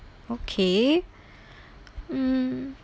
okay mm